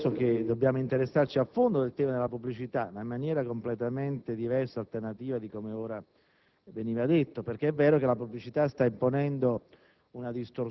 penso che dobbiamo interessarci a fondo del tema della pubblicità, ma in maniera completamente diversa e alternativa rispetto a come veniva detto poco fa. È vero che la pubblicità sta imponendo